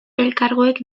elkargoek